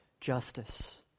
justice